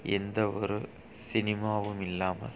எந்த ஒரு சினிமாவும் இல்லாமல்